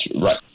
right